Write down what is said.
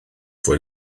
fwy